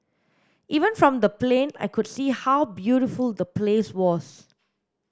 even from the plane I could see how beautiful the place was